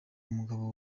umugabo